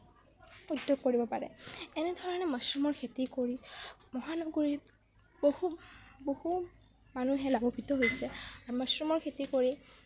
উদ্য়োগ কৰিব পাৰে এনেধৰণে মাছৰুমৰ খেতি কৰি মহানগৰীত বহু বহু মানুহে লাভান্ৱিত হৈছে মাছৰুমৰ খেতি কৰি